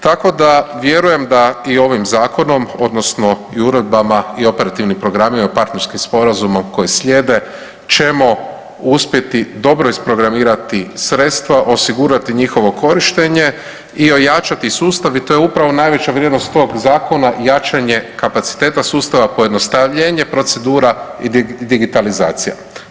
Tako da vjerujem da i ovim zakonom odnosno i uredbama i operativnim programima, partnerskim sporazumom koji slijede ćemo uspjeti dobro isprogramirati sredstva, osigurati njihovo korištenje i ojačati sustav i to je upravo najveća vrijednost tog zakona, jačanje kapaciteta sustava pojednostavljenje procedura i digitalizacija.